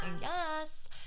yes